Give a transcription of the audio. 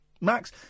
max